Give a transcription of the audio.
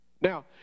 Now